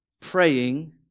praying